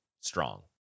strong